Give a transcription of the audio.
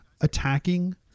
attacking